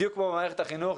בדיוק כמו במערכת החינוך,